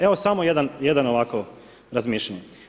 Evo samo jedan ovako razmišljanje.